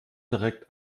direkt